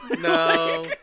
No